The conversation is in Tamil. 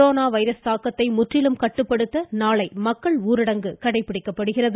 கொரோனா வைரஸ் தாக்கத்தை முற்றிலும் கட்டுப்படுத்த நாளை மக்கள் ஊரடங்கு கடைபிடிக்கப்படுகிறது